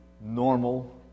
normal